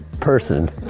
person